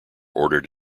ordered